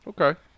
Okay